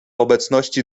obecności